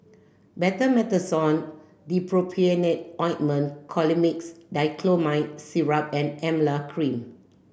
Betamethasone Dipropionate Ointment Colimix Dicyclomine Syrup and Emla Cream